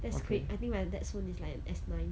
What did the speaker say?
that's great I think my dad's phone is like an S nine